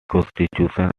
constitutes